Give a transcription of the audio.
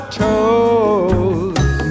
toes